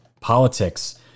politics